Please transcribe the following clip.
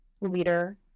leader